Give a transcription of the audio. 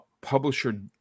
publisher